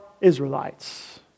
Israelites